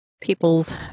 people's